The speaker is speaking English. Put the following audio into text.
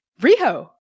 Riho